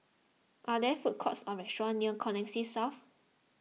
are there food courts or restaurants near Connexis South